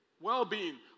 Well-being